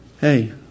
Hey